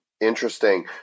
Interesting